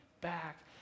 back